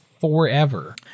forever